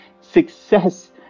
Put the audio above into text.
success